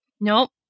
Nope